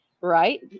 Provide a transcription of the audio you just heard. right